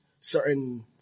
certain